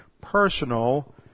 personal